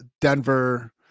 Denver